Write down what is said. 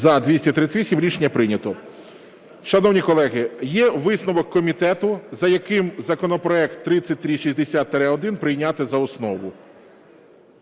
За-238 Рішення прийнято. Шановні колеги, є висновок комітету, за яким законопроект 3360-1 прийняти за основу.